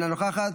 אינה נוכחת,